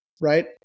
right